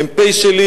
מ"פ שלי,